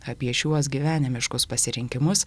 apie šiuos gyvenimiškus pasirinkimus